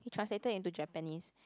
he translated into Japanese